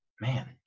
man